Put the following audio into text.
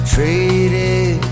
Traded